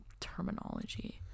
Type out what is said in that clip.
terminology